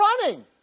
running